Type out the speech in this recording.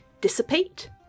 dissipate